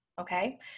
Okay